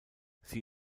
sie